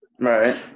right